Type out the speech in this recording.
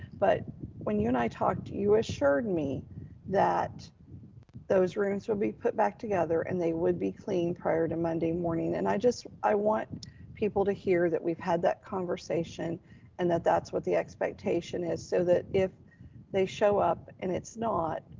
but when you and i talked, you assured me that those rooms would be put back together and they would be cleaned prior to monday morning. and i just, i want people to hear that we've had that conversation and that that's what the expectation is, so that if they show up and it's not,